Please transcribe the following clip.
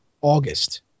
August